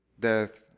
death